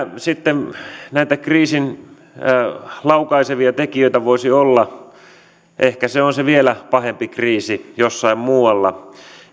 sitten näitä kriisin laukaisevia tekijöitä voisi olla ehkä se on se vielä pahempi kriisi jossain muualla